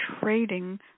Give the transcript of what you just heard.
trading